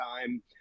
time